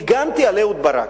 הגנתי על אהוד ברק.